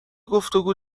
گفتگو